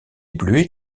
bleuets